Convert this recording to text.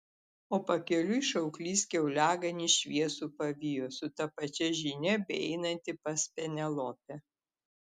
o pakeliui šauklys kiauliaganį šviesų pavijo su ta pačia žinia beeinantį pas penelopę